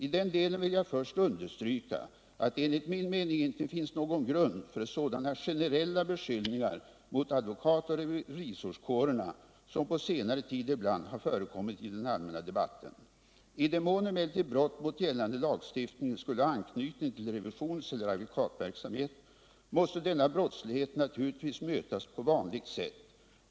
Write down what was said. I den delen vill jag först understryka att det enligt min mening inte finns någon grund för sådana generella beskyllningar mot advokatoch revisionskårerna som på senare tid ibland har förekommit i den allmänna debatten. I den mån emellertid brott mot gällande lagstiftning skulle ha anknytning till revisionseller advokatverksamhet måste denna brottslighet naturligtvis mötas på vanligt sätt.